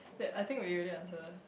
that I think we already answer